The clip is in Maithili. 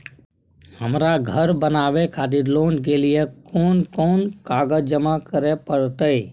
हमरा धर बनावे खातिर लोन के लिए कोन कौन कागज जमा करे परतै?